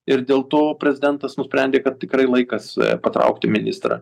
ir dėl to prezidentas nusprendė kad tikrai laikas patraukti ministrą